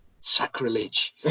Sacrilege